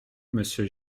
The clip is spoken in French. monsieur